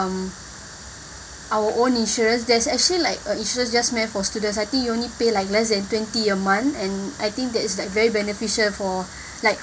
um our own insurance there's actually like a insurance just meant for students I think you only pay like less than twenty a month and I think that is like very beneficial for like